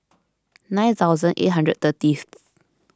nine thousand eight hundred thirtieth